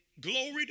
Glory